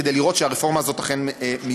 כדי לראות שהרפורמה הזאת אכן מיושמת.